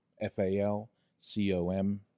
F-A-L-C-O-M